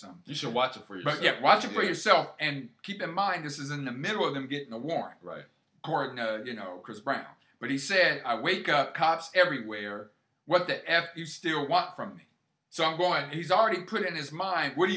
some you should watch it for you but yet watch it for yourself and keep in mind this is in the middle of the vietnam war right you know chris brown but he said i wake up cops everywhere what the f you still want from me so i'm going he's already put in his mind what do